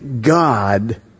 God